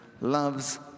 loves